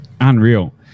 unreal